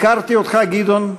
הכרתי אותך, גדעון,